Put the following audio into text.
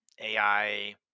ai